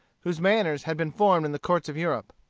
whose manners had been formed in the courts of europe.